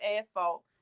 asphalt